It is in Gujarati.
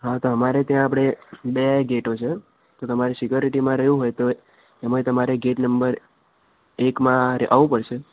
હા તો અમારે ત્યાં આપણે બે ગેટો છે તો તમારે સિક્યોરિટીમાં રહેવું હોય તો એમાં તમારે ગેટ નંબર એકમાં ર આવવું પડશે